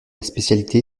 spécialité